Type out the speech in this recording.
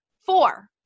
four